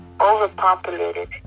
overpopulated